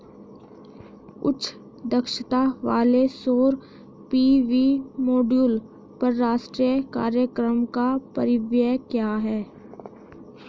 उच्च दक्षता वाले सौर पी.वी मॉड्यूल पर राष्ट्रीय कार्यक्रम का परिव्यय क्या है?